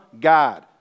God